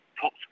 top